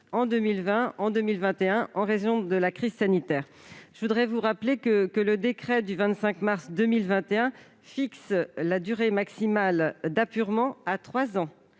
en 2020 et 2021 en raison de la crise sanitaire. Je rappelle que le décret du 25 mars 2021 fixe la durée maximale d'apurement à trois ans